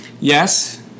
Yes